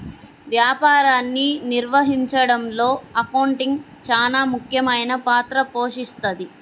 వ్యాపారాన్ని నిర్వహించడంలో అకౌంటింగ్ చానా ముఖ్యమైన పాత్ర పోషిస్తది